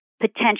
potential